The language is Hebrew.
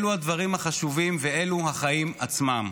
אלו הדברים החשובים ואלו החיים עצמם.